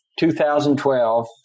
2012